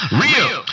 real